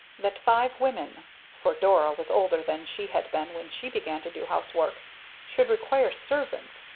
that five women for dora was older than she had been when she began to do housework should require servants,